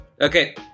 Okay